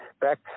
Back